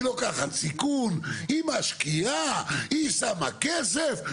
היא לוקחת סיכון, היא משקיעה, היא שמה כסף.